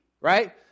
right